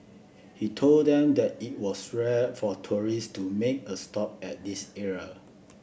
he told them that it was rare for tourists to make a stop at this area